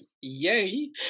yay